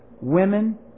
women